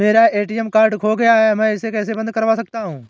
मेरा ATM card खो गया है मैं इसे कैसे बंद करवा सकता हूँ?